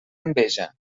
enveja